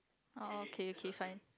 oh okay okay fine